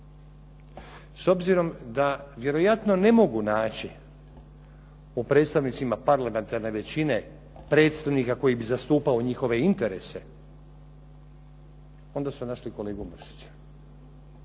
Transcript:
S obzirom da vjerojatno ne mogu naći po predstavnicima parlamentarne većine, predstavnika koji bi zastupao njihove interese, onda su našli kolegu Mršića.